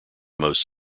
most